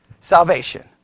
salvation